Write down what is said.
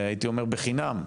הייתי אומר, בחינם,